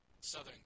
Southern